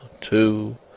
two